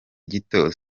gito